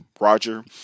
roger